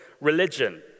religion